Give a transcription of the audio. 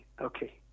okay